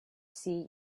see